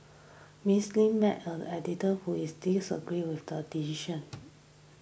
Miss Lim met an editor who is disagreed with the decision